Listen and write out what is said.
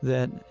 that,